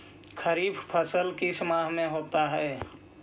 खरिफ फसल किस माह में होता है?